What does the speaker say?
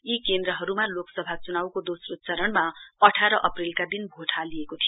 यी केन्द्रहरूमा लोकसभा चुनाउको दोस्रो चरणमा अठार अप्रेलका दिन भोट हालिएको थियो